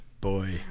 Boy